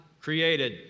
created